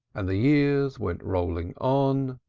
and the years went rolling on,